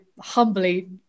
humbly